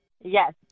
Yes